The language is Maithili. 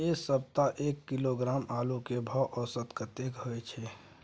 ऐ सप्ताह एक किलोग्राम आलू के भाव औसत कतेक होय छै?